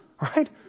right